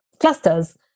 clusters